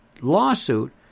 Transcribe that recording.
lawsuit